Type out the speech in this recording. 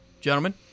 Gentlemen